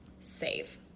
save